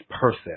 person